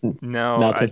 No